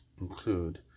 include